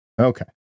Okay